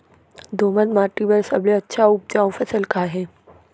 दोमट माटी बर सबले अच्छा अऊ उपजाऊ फसल का हे?